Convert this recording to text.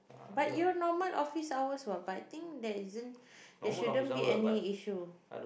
but your normal office hours what but I think there isn't there shouldn't be any issue